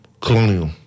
Colonial